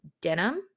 denim